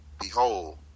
Behold